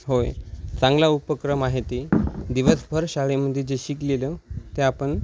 होय चांगला उपक्रम आहे ते दिवसभर शाळेमध्ये जे शिकलेलं ते आपण